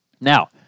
Now